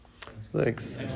Thanks